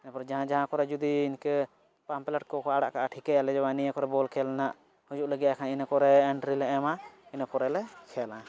ᱤᱱᱟᱹᱯᱚᱨᱮ ᱡᱟᱦᱟᱸᱭ ᱡᱟᱦᱟᱸ ᱠᱚᱨᱮ ᱡᱩᱫᱤ ᱤᱱᱠᱟᱹ ᱯᱟᱢᱯᱞᱮᱴ ᱠᱚ ᱠᱚ ᱟᱲᱟᱜ ᱠᱟᱜᱼᱟ ᱴᱷᱤᱠᱟᱹᱭᱟᱞᱮ ᱡᱮᱵᱟᱝ ᱱᱤᱭᱟᱹ ᱠᱚᱨᱮ ᱵᱚᱞ ᱠᱷᱮᱞ ᱱᱟᱦᱟᱸᱜ ᱦᱩᱭᱩᱜ ᱞᱟᱹᱜᱤᱜ ᱱᱟᱜ ᱤᱱᱟᱹᱠᱚᱨᱮ ᱮᱱᱴᱨᱤᱞᱮ ᱮᱢᱟ ᱤᱱᱟᱹᱯᱚᱨᱮ ᱞᱮ ᱠᱷᱮᱞᱟ